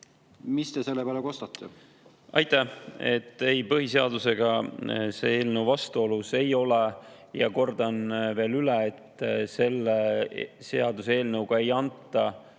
Mis te selle peale kostate? Aitäh! Ei, põhiseadusega see eelnõu vastuolus ei ole. Kordan veel üle, et selle seaduseelnõuga ei anta